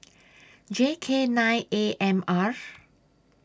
J K nine A M R